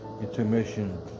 intermission